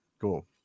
Cool